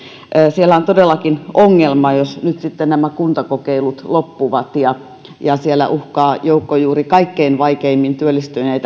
siellä on todellakin ongelma jos nyt sitten nämä kuntakokeilut loppuvat ja ja siellä uhkaa joukko juuri kaikkein vaikeimmin työllistyviä